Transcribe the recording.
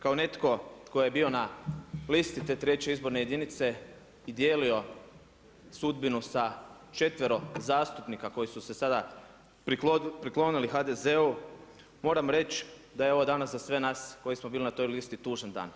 Kao netko tko je bio na listi te treće izborne jedinice i dijelio sudbinu sa četvero zastupnika koji su se sada priklonili HDZ-u, moram reći da je ovo danas za sve danas koji smo bili na toj listi tužan dan.